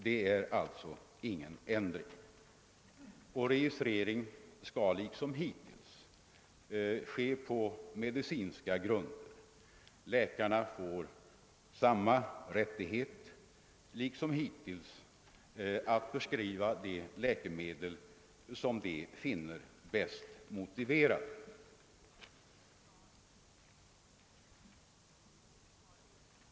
Det blir alltså ingen ändring, och registrering skall även i fortsättningen ske på medicinska grunder. Läkarna får samma rättighet som nu att förskriva de läkemedel som de finner bäst motiverade.